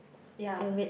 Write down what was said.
ya